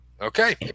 Okay